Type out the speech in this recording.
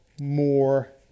more